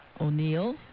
O'Neill